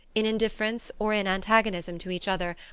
in indifference or in antagonism to each other,